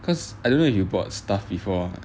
cause I don't know if you bought Stuff'd before